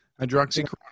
hydroxy